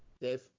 Dave